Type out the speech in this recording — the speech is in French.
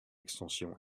extension